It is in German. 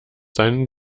seinen